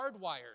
hardwired